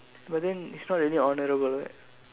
but then it's not really honorable what